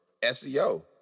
SEO